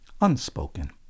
unspoken